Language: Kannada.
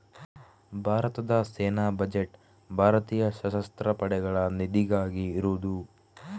ಭಾರತದ ಸೇನಾ ಬಜೆಟ್ ಭಾರತೀಯ ಸಶಸ್ತ್ರ ಪಡೆಗಳ ನಿಧಿಗಾಗಿ ಇರುದು